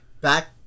back